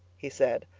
he said,